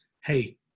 Hey